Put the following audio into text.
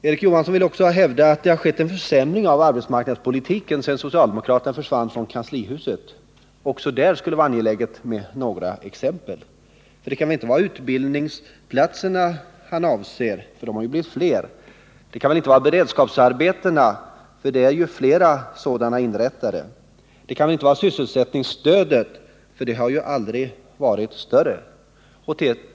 Erik Johansson ville också hävda att det har skett en försämring i arbetsmarknadspolitiken sedan socialdemokraterna försvann från kanslihuset, och även där skulle det vara angeläget med några exempel. Det kan väl inte vara utbildningsplatserna han avser, för de har blivit fler. Det kan väl inte vara beredskapsarbetena, för det har inrättats flera sådana. Det kan väl inte vara sysselsättningsstödet, för det har ju aldrig varit större.